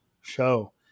show